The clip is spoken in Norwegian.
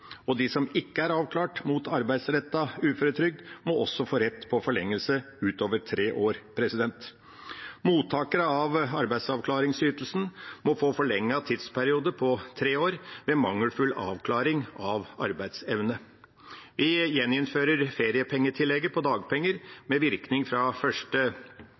De som ikke er avklart mot arbeidsrettet uføretrygd, må også få rett på forlengelse utover tre år. Mottakere av arbeidsavklaringsytelsen må få forlenget tidsperiode på tre år ved mangelfull avklaring av arbeidsevne. Vi gjeninnfører feriepengetillegget på dagpenger med virkning fra